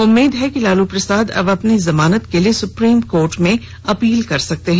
उम्मीद है कि लाल प्रसाद अब अपनी जमानत के लिए सुप्रीम कोर्ट में अपील कर सकते हैं